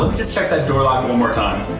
um just check that door lock one more time.